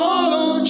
Follow